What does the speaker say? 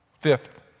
Fifth